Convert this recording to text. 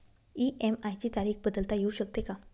EMI ची तारीख बदलता येऊ शकते का?